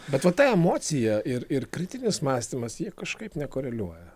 bet va ta emocija ir ir kritinis mąstymas jie kažkaip nekoreliuoja